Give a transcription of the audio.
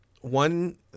one